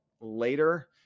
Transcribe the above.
later